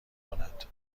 کند